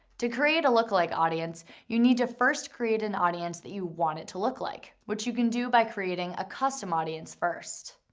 to create a lookalike audience, you need to first create an audience that you want it to look like which you can do by creating a custom audience first.